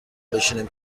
بشنیم